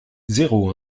zéro